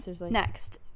next